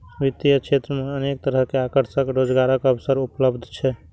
वित्तीय क्षेत्र मे अनेक तरहक आकर्षक रोजगारक अवसर उपलब्ध छै